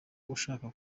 ushaka